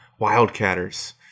Wildcatters